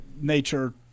nature